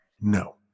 No